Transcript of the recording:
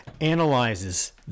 analyzes